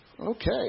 Okay